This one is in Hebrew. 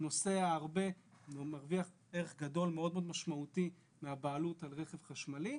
שנוסע הרבה והוא מרוויח ערך גדול ומאוד משמעותי מהבעלות על רכב חשמלי,